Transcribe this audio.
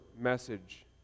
message